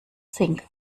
think